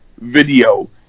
video